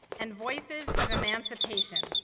and voices of emancipation,